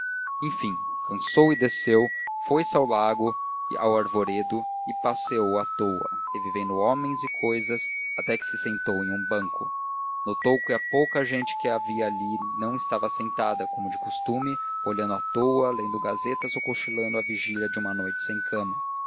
enfim cansou e desceu foi-se ao lago ao arvoredo e passeou à toa revivendo homens e cousas até que se sentou em um banco notou que a pouca gente que havia ali não estava sentada como de costume olhando à toa lendo gazetas ou cochilando a vigília de uma noite sem cama